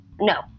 No